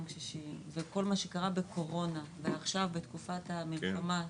קשישים וכל מה שקרה בקורונה ועכשיו בתקופת המלחמה,